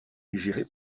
géré